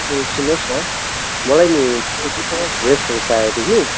ए सुन्नुहोस् न मलाई नि भेस्टहरू चाहिएको थियो कि